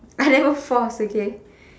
I never force okay